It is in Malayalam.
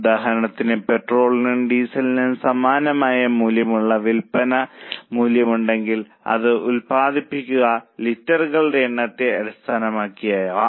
ഉദാഹരണത്തിന് പെട്രോളിനും ഡീസലിനും സമാനമായ മൂല്യമുള്ള വിൽപ്പന മൂല്യമുണ്ടെങ്കിൽ അത് ഉൽപ്പാദിപ്പിക്കുന്ന ലിറ്ററുകളുടെ എണ്ണത്തെ അടിസ്ഥാനമാക്കിയാകാം